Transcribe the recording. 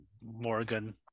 Morgan